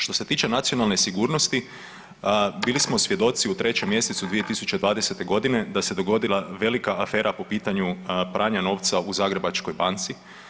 Što se tiče nacionalne sigurnosti bili smo svjedoci u 3. mjesecu 2020.g. da se dogodila velika afera po pitanju pranja novca u Zagrebačkoj banci.